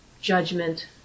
judgment